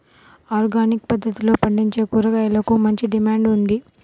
organic పద్దతిలో పండించే కూరగాయలకు మంచి డిమాండ్ ఉంది